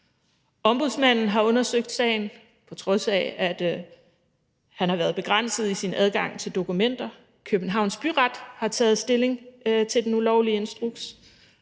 Ombudsmanden har undersøgt sagen, på trods af at han har været begrænset i sin adgang til dokumenter; Københavns Byret har taget stilling til den ulovlige instruks;